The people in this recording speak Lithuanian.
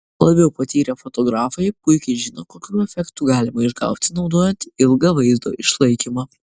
labiau patyrę fotografai puikiai žino kokių efektų galima išgauti naudojant ilgą vaizdo išlaikymą